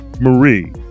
Marie